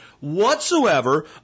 whatsoever